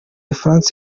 franc